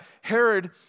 Herod